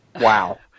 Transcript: Wow